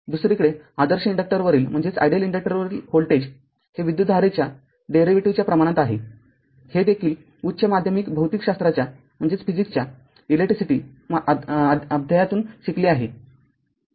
दुसरीकडेआदर्श इन्डक्टरवरील व्होल्टेज हे विद्युतधारेच्या डेरीवेटीव्हच्या प्रमाणात आहे हे देखील उच्च माध्यमिक भौतिकशास्त्राच्या इलेकट्रीसिटी अध्यायातून शिकले आहे